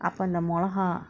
அப அந்த மொளகா:apa andtha molaka